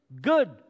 good